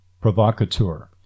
provocateur